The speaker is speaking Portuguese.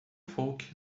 folk